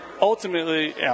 ultimately